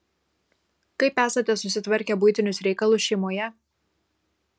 kaip esate susitvarkę buitinius reikalus šeimoje